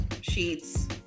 sheets